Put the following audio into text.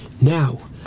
now